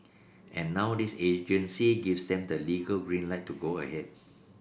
and now this agency gives them the legal green light to go ahead